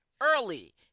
early